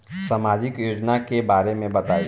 सामाजिक योजना के बारे में बताईं?